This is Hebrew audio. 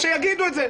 אז שיגידו את זה.